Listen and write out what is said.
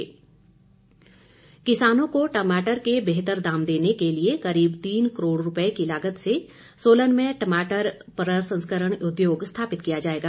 मारकंडा किसानों को टमाटर के बेहतर दाम देने के लिए करीब तीन करोड़ रूपए की लागत से सोलन में टमाटर प्रसंस्करण उद्योग स्थापित किया जाएगा